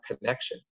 connection